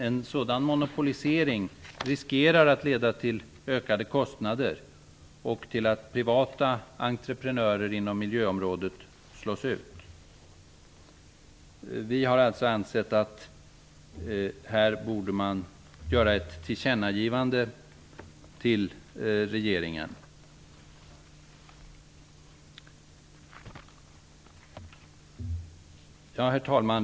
En sådan monopolisering riskerar att leda till ökade kostnader och till att privata entreprenörer inom miljöområdet slås ut. Vi har alltså ansett att man här borde göra ett tillkännagivande till regeringen. Herr talman!